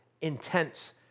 intense